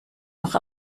noch